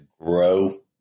grow